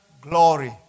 glory